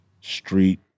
street